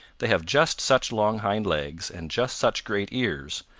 they have just such long hind legs, and just such great ears,